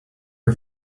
are